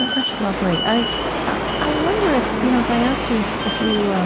and that's lovely. i i wonder if you know if i asked you if you